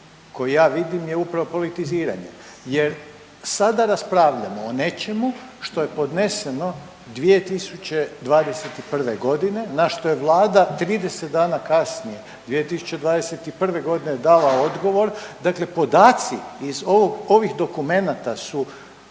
koji ja vidim je upravo politiziranje jer sada raspravljamo o nečemu što je podneseno 2021. g. na što je Vlada 30 dana kasnije, 2021. dala odgovor, dakle podaci iz ovih dokumenata su,